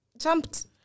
jumped